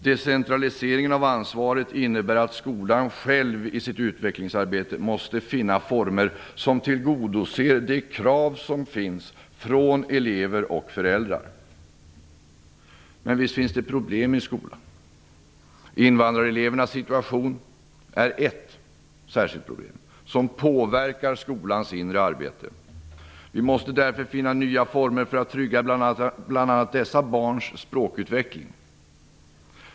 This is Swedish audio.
Decentraliseringen av ansvaret innebär att skolan själv i sitt utvecklingsarbete måste finna former som tillgodoser de krav som ställs från elever och föräldrar. Men visst finns det problem i skolan. Invandrarelevernas situation är ett särskilt problem som påverkar skolans inre arbete. Vi måste därför finna nya former för att bl.a. trygga dessa barns språkutveckling.